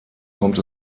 kommt